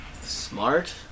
Smart